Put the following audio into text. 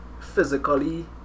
physically